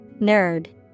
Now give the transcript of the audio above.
Nerd